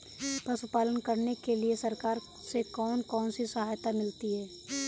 पशु पालन करने के लिए सरकार से कौन कौन सी सहायता मिलती है